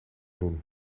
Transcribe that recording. doen